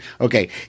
Okay